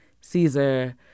Caesar